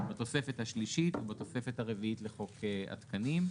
בתוספת השלישית ובתוספת הרביעית לחוק התקנים.